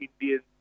Indians